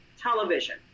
television